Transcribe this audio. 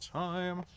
time